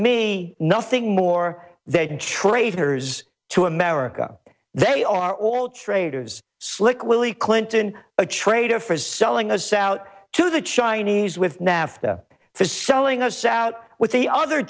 me nothing more they traitors to america they are are all traitors slick willie clinton a traitor for selling us out to the chinese with nafta for selling us out with the other